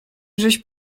żeś